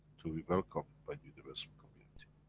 to be welcomed by universal community.